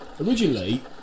originally